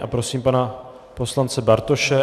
A prosím pana poslance Bartoše.